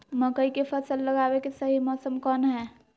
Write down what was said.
मकई के फसल लगावे के सही मौसम कौन हाय?